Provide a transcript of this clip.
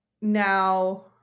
now